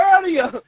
earlier